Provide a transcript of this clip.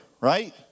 right